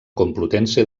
complutense